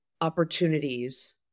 opportunities